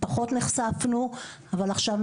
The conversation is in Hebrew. פחות נחשפנו אבל עכשיו,